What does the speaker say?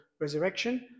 resurrection